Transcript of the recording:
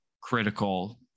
critical